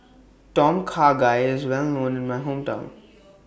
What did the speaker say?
Tom Kha Gai IS Well known in My Hometown